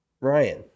Ryan